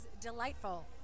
delightful